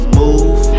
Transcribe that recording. move